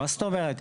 מה זאת אומרת?